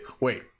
Wait